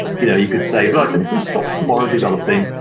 you know you could say, right then, if we stop tomorrow developing,